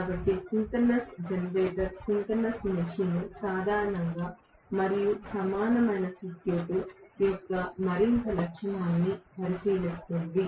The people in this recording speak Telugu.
కాబట్టి సింక్రోనస్ జనరేటర్ సింక్రోనస్ మెషిన్ సాధారణంగా మరియు సమానమైన సర్క్యూట్ యొక్క మరింత లక్షణాన్ని పరిశీలిస్తుంది